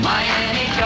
Miami